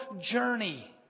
journey